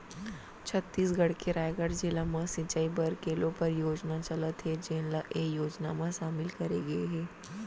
छत्तीसगढ़ के रायगढ़ जिला म सिंचई बर केलो परियोजना चलत हे जेन ल ए योजना म सामिल करे गे हे